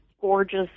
gorgeous